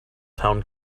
town